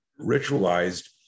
ritualized